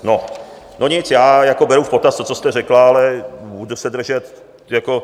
No, no nic, já jako beru v potaz to, co jste řekla, ale budu se držet jako...